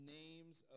names